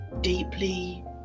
deeply